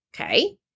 okay